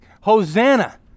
Hosanna